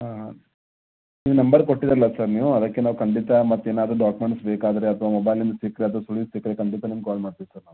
ಹಾಂ ಹಾಂ ನಿಮ್ಮ ನಂಬರ್ ಕೊಟ್ಟಿರಲ್ಲ ಸರ್ ನೀವು ಅದಕ್ಕೆ ನಾವು ಖಂಡಿತ ಮತ್ತು ಏನಾರು ಡಾಕ್ಯುಮೆಂಟ್ಸ್ ಬೇಕಾದರೆ ಅಥ್ವ ಮೊಬೈಲ್ ನಿಮ್ಗೆ ಸಿಕ್ಕರೆ ಅಥ್ವ ಸುಳಿವು ಸಿಕ್ಕರೆ ಖಂಡಿತ ನಿಮ್ಗೆ ಕಾಲ್ ಮಾಡ್ತೀವಿ ಸರ್ ನಾವು